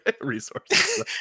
resources